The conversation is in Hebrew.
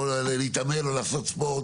או להתאמן אול לעשות ספורט